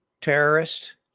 Terrorist